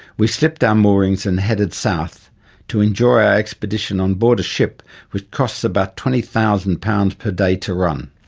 we slipped our moorings and headed south to enjoy our expedition on board a ship which costs about twenty thousand pounds per day to run.